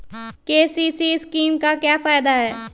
KCC scheme का फायदा क्या है?